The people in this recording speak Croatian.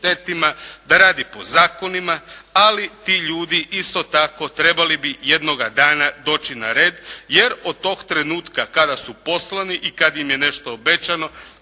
da radi po zakonima, ali ti ljudi isto tako trebali bi jednoga dana doći na red, jer od tog trenutka kada su poslani i kada im je nešto obećano,